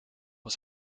was